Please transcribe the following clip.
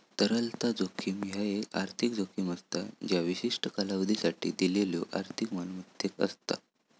तरलता जोखीम ह्या एक आर्थिक जोखीम असा ज्या विशिष्ट कालावधीसाठी दिलेल्यो आर्थिक मालमत्तेक असता